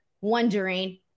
wondering